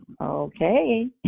Okay